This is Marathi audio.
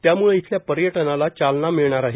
त्यामुळे इथल्या पर्यटनाला चालना मिळणार आहे